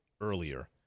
earlier